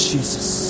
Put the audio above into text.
Jesus